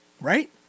Right